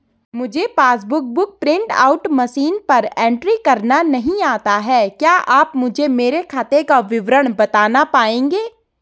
मुझे passbook book print out machine पर entry करना नहीं आता है क्या आप मुझे मेरे खाते का विवरण बताना पाएंगे?